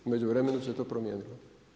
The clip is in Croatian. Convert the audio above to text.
U međuvremenu se to promijenilo.